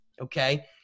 Okay